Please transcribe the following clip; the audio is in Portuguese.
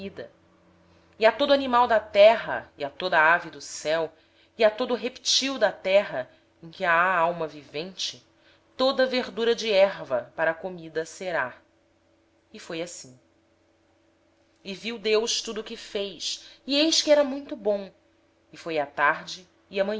mantimento e a todos os animais da terra a todas as aves do céu e a todo ser vivente que se arrasta sobre a terra tenho dado todas as ervas verdes como mantimento e assim foi e viu deus tudo quanto fizera e eis que era muito bom e foi a tarde